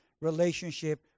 relationship